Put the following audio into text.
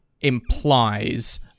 implies